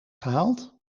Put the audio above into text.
gehaald